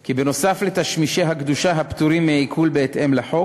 כי בנוסף לתשמישי הקדושה הפטורים מעיקול בהתאם לחוק,